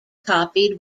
copied